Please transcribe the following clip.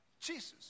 Jesus